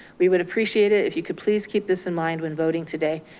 we would appreciate it if you could please keep this in mind when voting today.